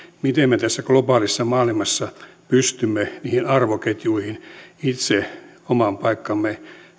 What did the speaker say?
miten me tässä globaalissa maailmassa pystymme niissä arvoketjuissa itse oman paikkamme